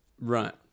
right